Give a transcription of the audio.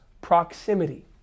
proximity